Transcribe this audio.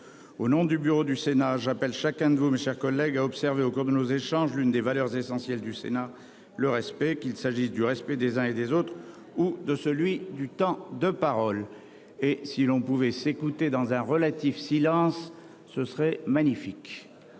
Au nom du bureau du Sénat. J'appelle chacun de vous, mes chers collègues, a observé au cours de nos échanges, l'une des valeurs essentielles du Sénat le respect qu'il s'agit du respect des uns et des autres ou de celui du temps de parole. Et si l'on pouvait s'écouter dans un relais. Silence. Ce serait magnifique.